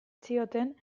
zioten